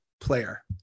player